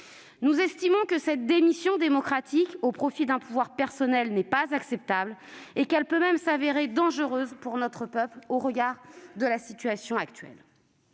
Nous estimons que cette démission démocratique au profit d'un pouvoir personnel n'est pas acceptable et qu'elle peut même s'avérer dangereuse pour notre peuple, vu la situation actuelle.